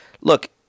look